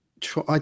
try